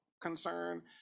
concern